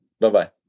bye-bye